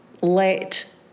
let